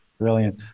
Brilliant